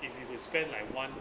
if you could spend like one